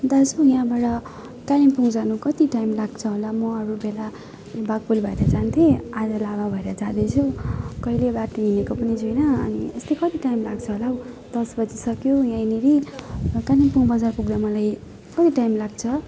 दाजु यहाँबाट कालिम्पोङ जानु कति टाइम लाग्छ होला म अरू बेला बाघपुल भएर जान्थेँ आज लाभा भएर जाँदैछु कहिले राति हिँडेको पनि छैन अनि यस्तै कति टाइम लाग्छ होला हौ दस बजीसक्यो यहीँनिर कालिम्पोङ बजार पुग्दा मलाई कति टाइम लाग्छ